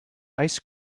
ice